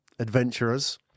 Adventurers